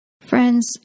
Friends